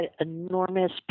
enormous